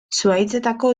zuhaitzetako